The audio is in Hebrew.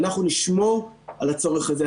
ואנחנו נשמור על הצורך הזה.